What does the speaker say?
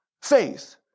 faith